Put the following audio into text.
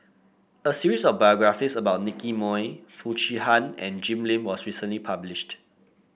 a series of biographies about Nicky Moey Foo Chee Han and Jim Lim was recently published